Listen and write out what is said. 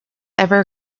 ever